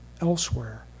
elsewhere